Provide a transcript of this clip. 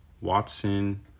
Watson